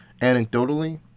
anecdotally